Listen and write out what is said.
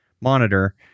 monitor